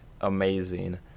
amazing